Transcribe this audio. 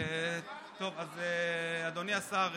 אדוני השר,